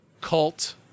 cult